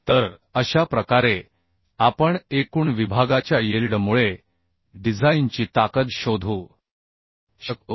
तर अशा प्रकारे आपण एकूण विभागाच्या यिल्ड मुळे डिझाइनची ताकद शोधू शकतो